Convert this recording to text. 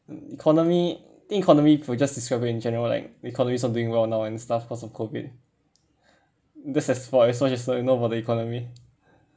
mm economy think economy if we just describe in general like the economy is not doing well now and stuff cause of COVID that's as far as as much as I know about the economy